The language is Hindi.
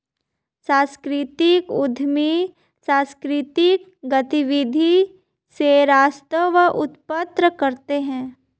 सांस्कृतिक उद्यमी सांकृतिक गतिविधि से राजस्व उत्पन्न करते हैं